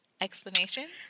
Explanation